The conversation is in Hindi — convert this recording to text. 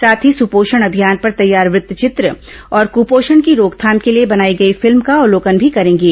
साथ ही सपोषण अभियान पर तैयार वृत्त चित्र और कुपोषण की रोकथाम के लिए बनाई गई फिल्म का अवलोकन भी करेंगे